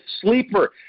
sleeper